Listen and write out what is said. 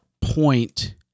point